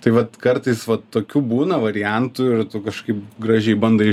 tai vat kartais vat tokių būna variantų ir tu kažkaip gražiai bandai